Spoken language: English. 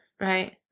Right